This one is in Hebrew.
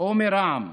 או מרע"מ,